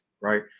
right